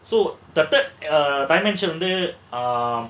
so the third dimension வந்து:vandhu ah